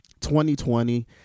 2020